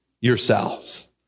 yourselves